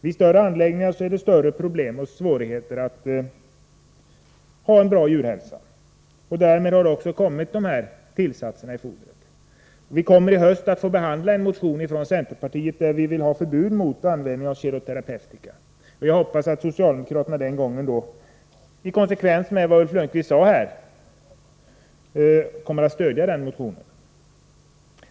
Vid större anläggningar är det större problem och svårigheter när det gäller att få en bra djurhälsa. Därmed har också dessa tillsatser i fodret kommit. Vi får i höst behandla en motion från centerpartiet om förbud mot användning av kemoterapeutika. Jag hoppas att socialdemokraterna då — i konsekvens med vad Ulf Lönnqvist sade här — kommer att stödja den motionen.